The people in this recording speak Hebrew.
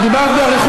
את דיברת באריכות,